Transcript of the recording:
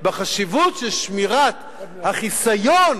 לחשיבות של שמירת החיסיון